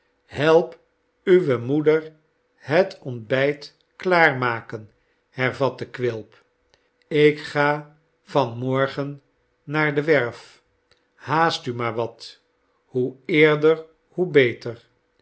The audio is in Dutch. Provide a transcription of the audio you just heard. help uwe moeder het ontbijt klaarmaken hervatte quilp ik ga van morgen naar de werf haast u maar wat hoe eerder hoe beter